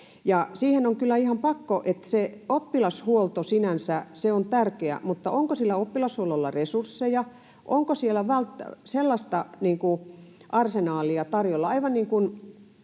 sitten koulun ulkopuolella. Se oppilashuolto sinänsä on tärkeä, mutta onko sillä oppilashuollolla resursseja, onko siellä sellaista arsenaalia tarjolla?